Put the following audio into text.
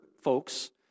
folks